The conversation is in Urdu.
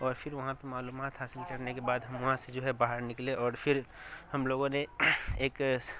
اور پھر وہاں پہ معلومات حاصل کرنے کے بعد ہم وہاں سے جو ہے باہر نکلے اور پھر ہم لوگوں نے ایک